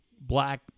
black